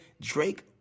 Drake